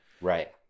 Right